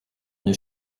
une